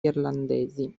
irlandesi